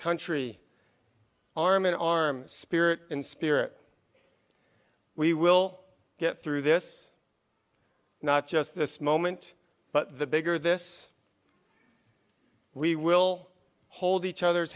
country arm in arm spirit and spirit we will get through this not just this moment but the bigger this we will hold each other's